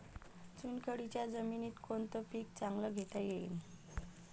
चुनखडीच्या जमीनीत कोनतं पीक चांगलं घेता येईन?